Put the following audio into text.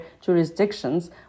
jurisdictions